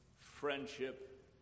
friendship